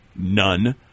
None